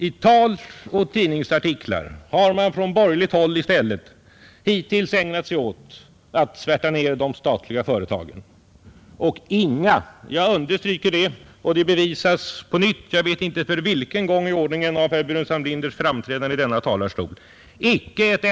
I tal och tidningsartiklar har man från borgerligt håll i stället hittills ägnat sig åt att svärta ned de statliga företagen, och icke ett enda konstruktivt förslag har kommit fram. Detta bevisas på nytt — jag vet inte för vilken gång i ordningen — av herr Burenstam Linders framträdande i denna talarstol.